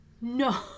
No